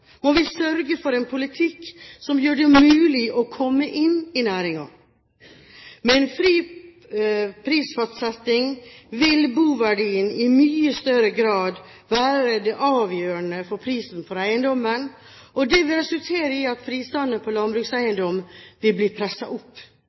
må vi sørge for en politikk som gjør det mulig å komme inn i næringen. Med en fri prisfastsetting vil boverdien i mye større grad være det avgjørende for prisen for eiendommen, og det vil resultere i at prisene på